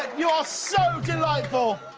you are so delightful.